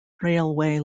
railway